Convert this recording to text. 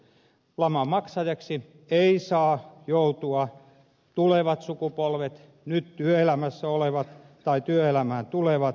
laman maksajaksi eivät saa joutua tulevat sukupolvet nyt työelämässä olevat tai työelämään tulevat